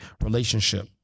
relationship